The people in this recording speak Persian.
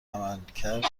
عملکرد